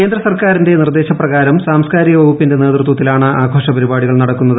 കേന്ദ്ര സർക്കാരിന്റെ നിർദ്ദേശ പ്രകാരം സാംസ്കാരിക വകുപ്പിന്റെ നേതൃത്വത്തിലാണ് ആഘോഷ പരിപാടികൾ നടക്കുന്നത്